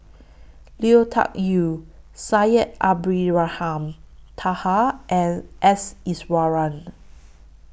Lui Tuck Yew Syed Abdulrahman Taha and S Iswaran